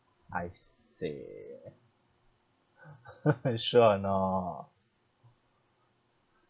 aiseh sure or not